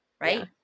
Right